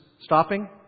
stopping